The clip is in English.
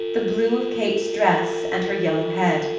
the blue of kate's dress, and her yellow head.